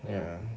ya